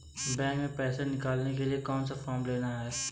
Bank में पैसा निकालने के लिए कौन सा फॉर्म लेना है?